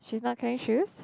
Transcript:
she's not carrying shoes